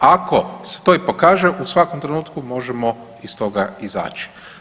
Ako se to i pokaže u svakom trenutku možemo iz toga izaći.